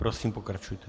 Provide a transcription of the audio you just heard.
Prosím pokračujte.